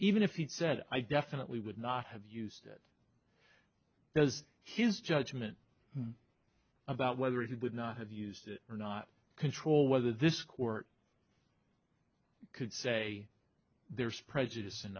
even if he'd said i definitely would not have used it because his judgment about whether he would not have used or not control whether this court could say there's prejudice and